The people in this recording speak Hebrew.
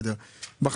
מיליון.